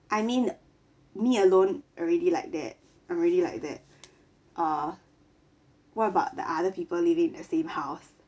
I mean me alone already like that already like that uh what about the other people living in the same house